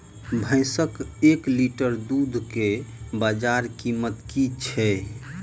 भैंसक एक लीटर दुध केँ बजार कीमत की छै?